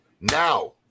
now